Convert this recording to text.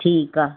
ठीकु आहे